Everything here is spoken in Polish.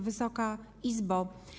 Wysoka Izbo!